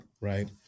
right